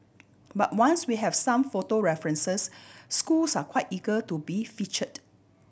but once we have some photo references schools are quite eager to be featured